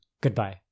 Goodbye